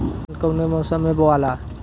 धान कौने मौसम मे बोआला?